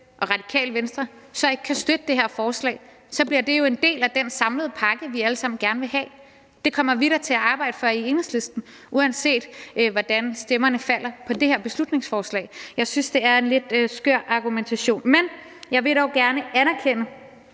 og i Radikale Venstre så ikke kan støtte det her forslag, for så bliver det jo en del af den samlede pakke, vi alle sammen gerne vil have. Det kommer vi da til at arbejde for i Enhedslisten, uanset hvordan stemmerne falder i forhold til det her beslutningsforslag. Jeg synes, det er en lidt skør argumentation. Men jeg vil dog gerne anerkende